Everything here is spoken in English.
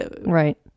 right